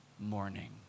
morning